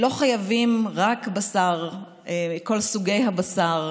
לא חייבים רק בשר, כל סוגי הבשר.